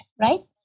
right